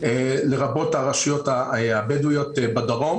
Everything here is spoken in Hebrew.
לרבות הרשויות הבדואיות בדרום.